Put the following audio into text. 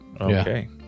okay